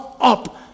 up